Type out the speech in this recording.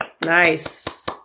Nice